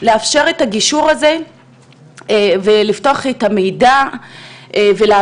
לאפשר את הגישור הזה ולפתוח את המידע ולהבין